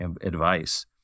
advice